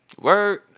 Word